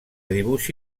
dibuix